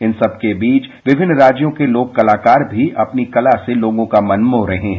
इन सबके बीच विभिन्न राज्यों के लोक कलाकार भी अपनी कला से लोगों का मन मोह रहे हैं